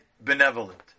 benevolent